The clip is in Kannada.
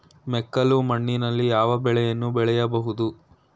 ಮೆಕ್ಕಲು ಮಣ್ಣಿನಲ್ಲಿ ಯಾವ ಬೆಳೆಯನ್ನು ಬೆಳೆಯಬಹುದು?